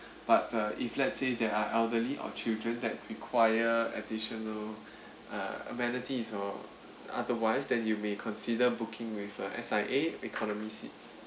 but uh if let's say there are elderly or children that require additional uh amenities or otherwise then you may consider booking with uh S_I_A economy seats